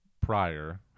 prior